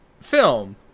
film